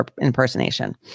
impersonation